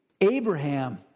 Abraham